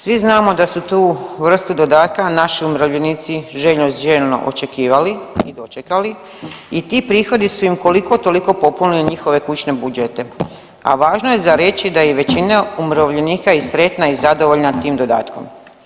Svi znamo da su tu vrstu dodatka naši umirovljenici željno očekivali i dočekali i ti prihodi su im koliko toliko popunili njihove kućne budžete, a važno je za reći da je većina umirovljenika i sretna i zadovoljna tim dodatkom.